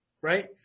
right